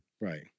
Right